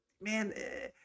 man